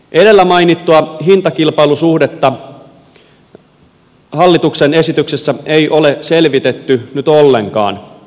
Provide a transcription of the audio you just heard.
edellä mainittua hintakilpailusuhdetta hallituksen esityksessä ei ole selvitetty nyt ollenkaan